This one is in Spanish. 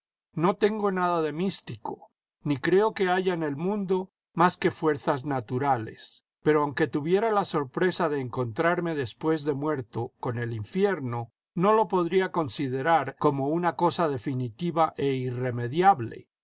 no tengo nada de místico ni creo que haya en el mundo más que fuerzas naturales pero aunque tuviera la sorpresa de encontrarme después de muerto con el infierno no lo podría considerar como una cosa definitiva e irremediable